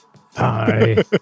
Hi